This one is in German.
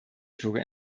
kluge